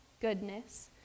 goodness